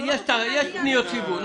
יש פניות ציבור.